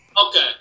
Okay